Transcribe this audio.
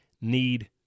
need